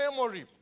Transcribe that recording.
memory